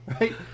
right